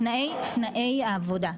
תנאי העבודה.